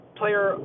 player